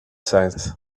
science